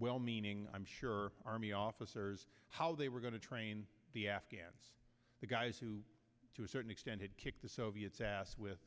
well meaning i'm sure army officers how they were going to train the afghans the guys who to a certain extent had kicked the soviets ass with